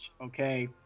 okay